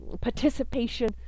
participation